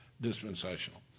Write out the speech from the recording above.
dispensational